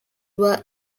were